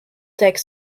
tech